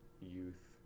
youth